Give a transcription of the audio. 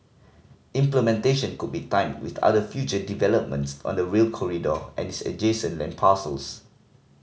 implementation could be timed with other future developments on the Rail Corridor and its adjacent land parcels